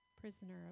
prisoner